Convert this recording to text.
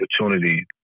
opportunity